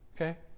okay